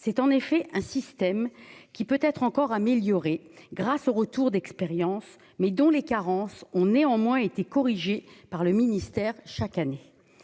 c'est en effet un système qui peut être encore améliorée grâce au retour d'expérience, mais dont les carences ont néanmoins été corrigé par le ministère, chaque année,